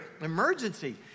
emergency